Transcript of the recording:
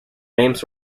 names